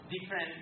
Different